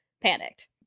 panicked